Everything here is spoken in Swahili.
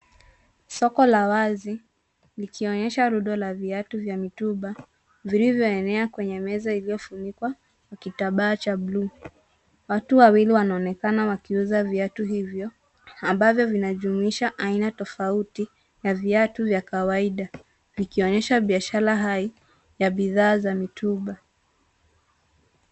Soko la wazi likionyesha rundo la viatu vya mitumba vilivyoenea kwenye meza iliyofunikwa kwa kitamba cha bluu. Watu wawili wanaonekana wakiuza viatu hivyo ambavyo vinajumuisha aina tofauti ya viatu vya kawaida vikionyesha biashara hai ya bidhaa za mitumba.